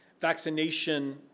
vaccination